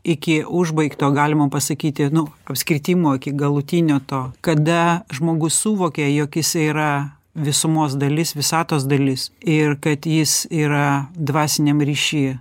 iki užbaigto galima pasakyti nu apskritimo iki galutinio to kada žmogus suvokia jog jisai yra visumos dalis visatos dalis ir kad jis yra dvasiniam ryšy